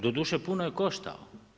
Doduše, puno je koštao.